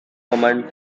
command